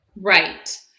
Right